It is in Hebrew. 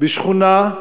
בשכונה,